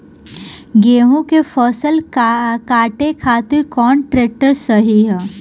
गेहूँ के फसल काटे खातिर कौन ट्रैक्टर सही ह?